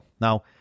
Now